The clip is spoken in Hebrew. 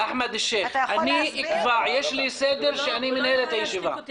אני אקבע, יש לי סדר איך לנהל את הישיבה.